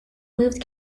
moved